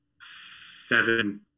seven